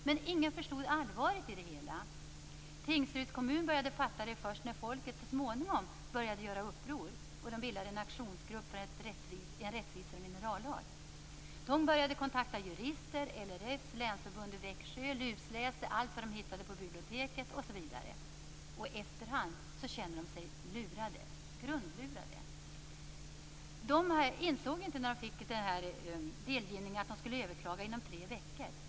Men ingen förstod allvaret i det hela. Tingsryds kommun började fatta det först när folket så småningom började göra uppror och bildade en aktionsgrupp för en rättvisare minerallag. De började kontakta jurister, LRF:s länsförbund i Växjö och lusläste allt vad de hittade på biblioteket osv. Efter hand kände de sig grundlurade. När de fick delgivningen insåg de inte att de skulle överklaga inom tre veckor.